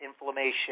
inflammation